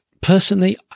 Personally